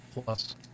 Plus